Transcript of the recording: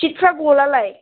सिदफ्रा गलालाय